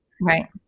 Right